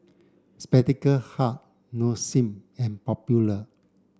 Spectacle Hut Nong Shim and Popular